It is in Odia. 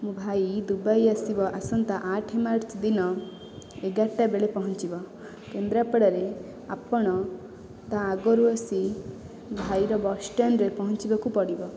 ମୋ ଭାଇ ଦୁବାଇ ଆସିବ ଆସନ୍ତା ଆଠେ ମାର୍ଚ୍ଚ ଦିନ ଏଗାରଟା ବେଳେ ପହଞ୍ଚିବ କେନ୍ଦ୍ରାପଡ଼ାରେ ଆପଣ ତା ଆଗରୁ ଆସି ଭାଇର ବସ୍ ଷ୍ଟାଣ୍ଡ ପହଞ୍ଚିବାକୁ ପଡ଼ିବ